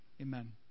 amen